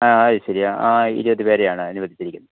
ആ അതുശരി ആ ആ ഇരുപത് പേരെയാണ് അനുവദിച്ചിരിക്കുന്നത്